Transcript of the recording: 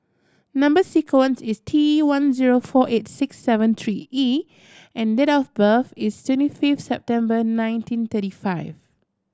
number sequence is T one zero four eight six seven three E and date of birth is twenty fifth September nineteen thirty five